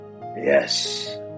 Yes